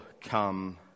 come